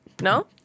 No